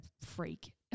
freak